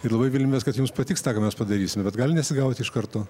ir labai viliamės kad jums patiks tą ką mes padarysime bet gali nesigauti iš karto